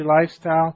lifestyle